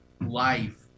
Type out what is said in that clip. life